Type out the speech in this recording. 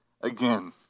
again